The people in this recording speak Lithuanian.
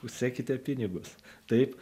sekite pinigus taip